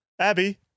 Abby